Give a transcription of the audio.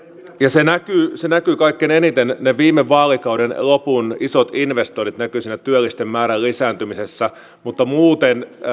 juhana vartiaiselta se on aika olennainen asia kaikkein eniten ne viime vaalikauden lopun isot investoinnit näkyvät työllisten määrän lisääntymisessä mutta muuten